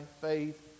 faith